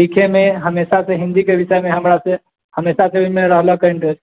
लिखे मे हमेशा से हिन्दी के विषय मे हमरा से हमेशा से ओहिमे रहल के इंटरेस्ट